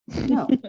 no